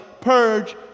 purge